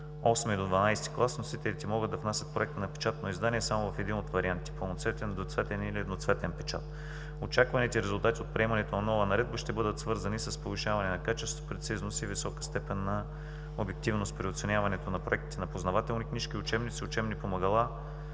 клас, вносителите могат да внасят проекта на печатно издание само в един от вариантите – пълноцветен, двуцветен или едноцветен печат. Очакваните резултати от приемането на нова наредба ще бъдат свързани с повишаване на качество, прецизност и висока степен на обективност при оценяването на проектите на познавателни книжки, учебници, учебни помагала